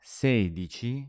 sedici